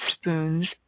spoons